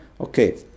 okay